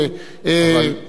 אתה יכול,